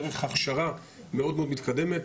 דרך הכשרה מאוד מתקדמת.